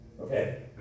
Okay